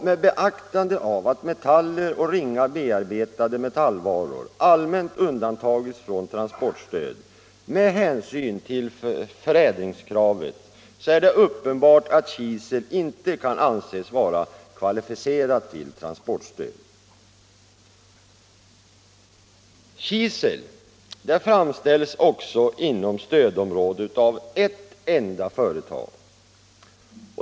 Med beaktande av att metaller och ringa behandlade metallvaror allmänt undantagits från transportstöd med hänsyn till förädlingskravet är det uppenbart att kisel inte kan anses vara kvalificerat till transportstöd. Kisel framställs inom stödområdet av ett enda företag.